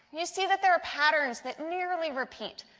you see that there are patterns that merely repeat.